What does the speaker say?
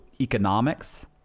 economics